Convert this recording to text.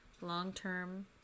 long-term